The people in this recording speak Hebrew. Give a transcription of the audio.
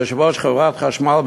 יושב-ראש חברת חשמל,